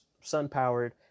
sun-powered